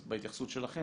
אז בהתייחסות שלכם,